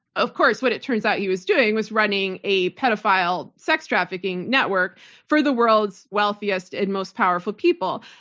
of course, what it turns out he was doing was running a pedophile sex trafficking network for the world's wealthiest and most powerful people.